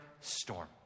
storm